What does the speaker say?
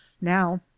now